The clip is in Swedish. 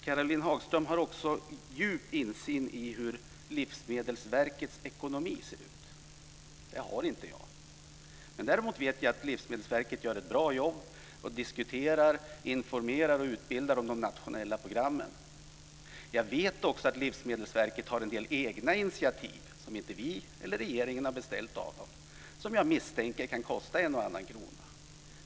Caroline Hagström har också djup insyn i hur Livsmedelsverkets ekonomi ser ut. Det har inte jag. Däremot vet jag att Livsmedelsverket gör ett bra jobb och diskuterar, informerar och utbildar om de nationella programmen. Jag vet också att Livsmedelsverket har en del egna initiativ, som inte vi eller regeringen har beställt, som jag misstänker kan kosta en och annan krona.